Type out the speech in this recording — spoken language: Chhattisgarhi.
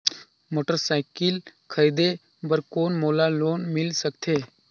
मोटरसाइकिल खरीदे बर कौन मोला लोन मिल सकथे?